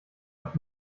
auf